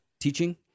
teaching